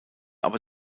aber